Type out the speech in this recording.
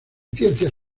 ciencias